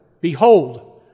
Behold